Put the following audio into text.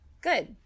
Good